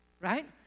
right